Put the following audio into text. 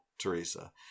Teresa